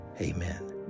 amen